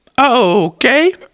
okay